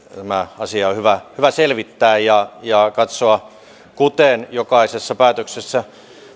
tämä asia on hyvä hyvä selvittää ja ja katsoa kuten jokaisessa päätöksessä